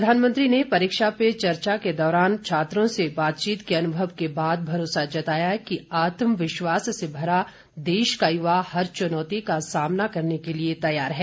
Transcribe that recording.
प्रधानमंत्री ने परीक्षा पे चर्चा के दौरान छात्रों से बातचीत के अनुभव के बाद भरोसा जताया कि आत्मविश्वास से भरा देश का युवा हर चुनौती का सामना करने के लिए तैयार है